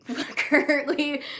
currently